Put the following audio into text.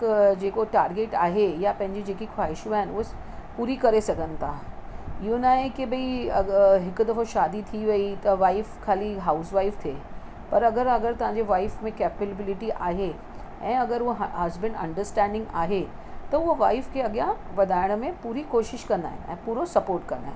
हिकु जेको टारगेट आहे या पंहिंजी जेकी ख़्वाहिशूं आहिनि उहे पूरी करे सघनि था इहो नाहे के भई अगरि हिकु दफ़ो शादी थी वेई त वाइफ़ खाली हाउज़ वाइफ़ थिए पर अगरि अगरि तव्हांजे वाइफ़ में केपेबिलिटी आहे ऐं अगरि उहो ह हसबैंड अंडरस्टेडिंग आहे त उहा वाइफ़ खे अॻियां वधाइण में पूरी कोशिश कंदा आहिनि ऐं पूरो सपोट कंदा आहिनि